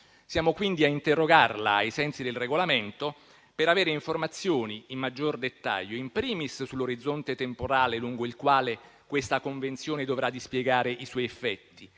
Siamo quindi a interrogarla, ai sensi del Regolamento, per avere informazioni di maggior dettaglio, *in primis* sull'orizzonte temporale lungo il quale questa convenzione dovrà dispiegare i suoi effetti